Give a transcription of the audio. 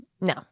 no